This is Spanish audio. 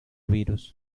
virus